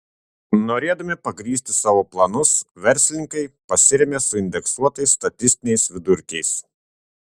norėdami pagrįsti savo planus verslininkai pasirėmė suindeksuotais statistiniais vidurkiais